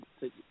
take